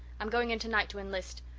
i'm going in tonight to enlist.